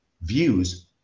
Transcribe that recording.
views